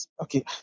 okay